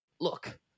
Look